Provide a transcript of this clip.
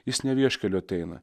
jis ne vieškeliu ateina